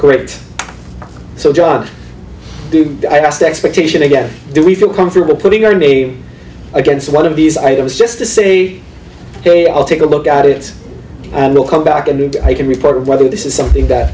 great so job i asked expectation again do we feel comfortable putting our name against one of these items just to say ok i'll take a look at it and we'll come back and i can report whether this is something that